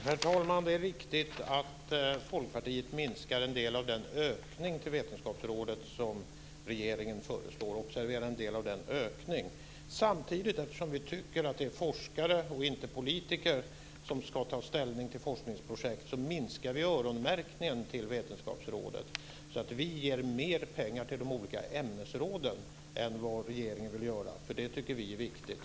Herr talman! Det är riktigt att Folkpartiet minskar en del av den ökning till Vetenskapsrådet som regeringen föreslår. Observera att jag säger att jag säger en del av den ökningen. Eftersom vi tycker att det är forskare och inte politiker som ska ta ställning till forskningsprojekt så minskar vi öronmärkningen till Vetenskapsrådet, så att vi ger mer pengar till de olika ämnesråden än vad regeringen vill göra. Det tycker vi är viktigt.